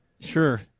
Sure